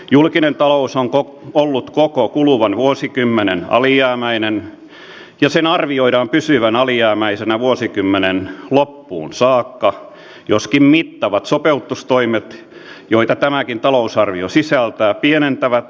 julkinen talous on ollut koko kuluvan vuosikymmenen alijäämäinen ja sen arvioidaan pysyvän alijäämäisenä vuosikymmenen loppuun saakka joskin mittavat sopeutustoimet joita tämäkin talousarvio sisältää pienentävät alijäämää